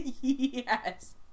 Yes